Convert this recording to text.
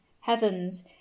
heavens